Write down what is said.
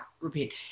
repeat